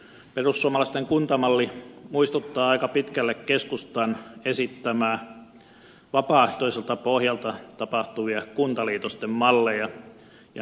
perussuomalaisten kuntamalli muistuttaa aika pitkälle keskustan esittämää vapaaehtoiselta pohjalta tapahtuvien kuntaliitosten mallia